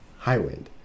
Highwind